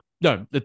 no